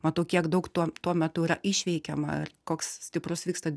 matau kiek daug tuo tuo metu yra išveikiama ir koks stiprus vyksta